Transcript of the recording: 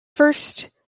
first